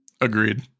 Agreed